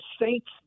Saints